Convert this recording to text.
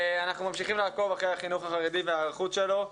אנחנו ממשיכים לעקוב אחרי החינוך החרדי וההיערכות שלו.